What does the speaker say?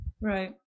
Right